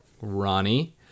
Ronnie